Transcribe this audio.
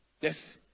yes